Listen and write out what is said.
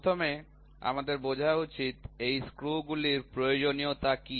প্রথমে আমাদের বোঝা উচিত এই স্ক্রুগুলির প্রয়োজনীয়তা কী